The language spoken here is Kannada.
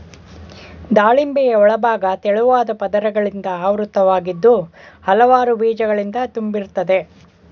ದಾಳಿಂಬೆಯ ಒಳಭಾಗ ತೆಳುವಾದ ಪದರಗಳಿಂದ ಆವೃತವಾಗಿದ್ದು ಹಲವಾರು ಬೀಜಗಳಿಂದ ತುಂಬಿರ್ತದೆ